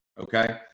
okay